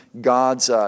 God's